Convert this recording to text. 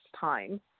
time